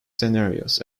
scenarios